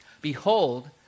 Behold